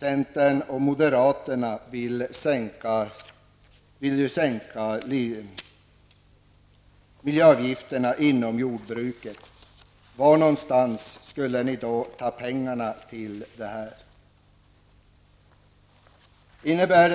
Centern och moderaterna vill sänka miljöavgifterna inom jordbruket. Varifrån skall ni ta pengarna? Dessutom innebär